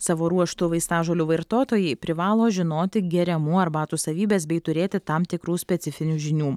savo ruožtu vaistažolių vartotojai privalo žinoti geriamų arbatų savybes bei turėti tam tikrų specifinių žinių